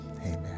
amen